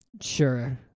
Sure